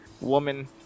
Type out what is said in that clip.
woman